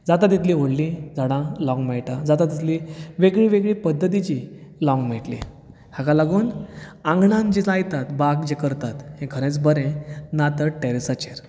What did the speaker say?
जाता तितलीं व्हडलीं झाडां लावंक मेळटा जाता तितलीं वेगळी वेगळी पद्धतीची लावंक मेळटलीं हाका लागून आंगणांत जें लायतात बाग जें करतात हें खरेंच बरें ना तर टॅर्रसाचेर